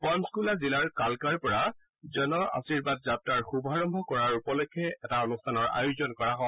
পঞ্চকুলা জিলাৰ কালকাৰ পৰা জন আশীৰ্বাদ যাত্ৰাৰ শুভাৰম্ভ কৰা উপলক্ষে এই অনুষ্ঠানৰ আয়োজন কৰা হয়